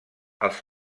els